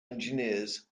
engineers